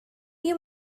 you